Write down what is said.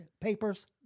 papers